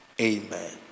amen